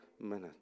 minute